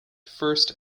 first